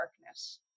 darkness